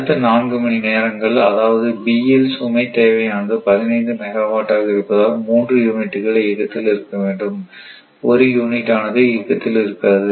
அடுத்த நான்கு மணி நேரங்கள் அதாவது B இல் சுமை தேவையானது 15 மெகாவாட் ஆக இருப்பதால் 3 யூனிட்டுகள் இயக்கத்தில் இருக்க வேண்டும் ஒரு யூனிட் ஆனது இயக்கத்தில் இருக்காது